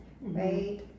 right